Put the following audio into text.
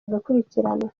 agakurikiranwa